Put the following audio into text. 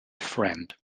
friend